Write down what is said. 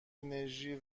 انرژی